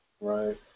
Right